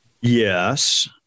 Yes